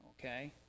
okay